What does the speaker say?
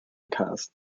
cast